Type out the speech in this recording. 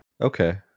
Okay